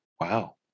Wow